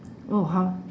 no how